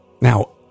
Now